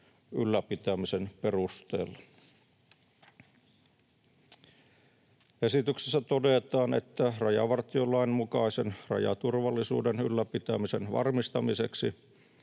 ylläpitämisen perusteella. Esityksessä todetaan, että rajavartiolain mukaisen rajaturvallisuuden ylläpitämisen varmistamiseksi